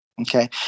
Okay